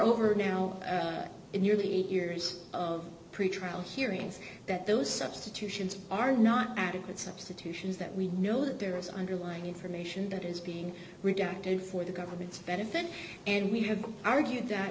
over now in nearly eight years of pretrial hearings that those substitutions are not adequate substitution is that we know that there is underlying information that is being rejected for the government's benefit and we have argued that